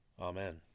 Amen